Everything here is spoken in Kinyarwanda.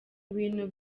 ibintu